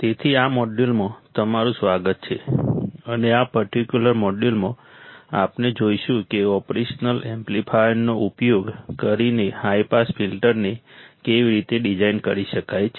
તેથી આ મોડ્યુલમાં તમારું સ્વાગત છે અને આ પર્ટિક્યુલર મોડ્યુલમાં આપણે જોઈશું કે ઓપરેશનલ એમ્પ્લીફાયરનો ઉપયોગ કરીને હાઈ પાસ ફિલ્ટરને કેવી રીતે ડિઝાઇન કરી શકાય છે